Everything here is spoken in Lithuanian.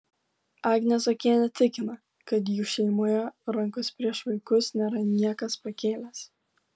agnė zuokienė tikina kad jų šeimoje rankos prieš vaikus nėra niekas pakėlęs